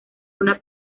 una